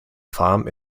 farm